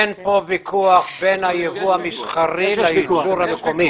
אין כאן ויכוח בין היבוא המסחרי לייצור המקומי.